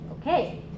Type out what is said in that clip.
Okay